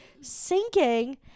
sinking